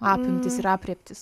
apimtys ir aprėptys